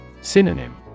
Synonym